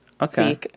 Okay